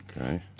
Okay